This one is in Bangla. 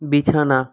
বিছানা